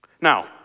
Now